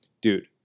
dude